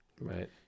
right